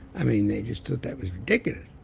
i mean they just thought that was ridiculous.